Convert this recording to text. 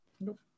Nope